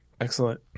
excellent